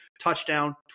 touchdown